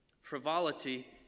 frivolity